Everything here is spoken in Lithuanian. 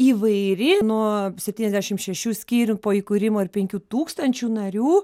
įvairi nuo septyniasdešim šešių skyrių po įkūrimo ir penkių tūkstančių narių